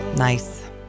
Nice